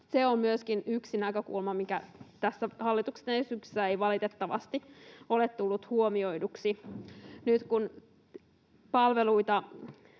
se on myöskin yksi näkökulma, mikä tässä hallituksen esityksessä ei valitettavasti ole tullut huomioiduksi. Nyt kun palveluita